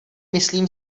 myslím